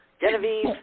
Genevieve